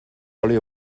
oli